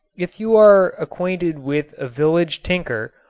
if you are acquainted with a village tinker,